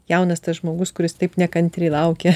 jaunas tas žmogus kuris taip nekantriai laukia